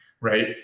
right